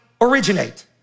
originate